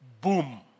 Boom